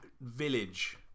village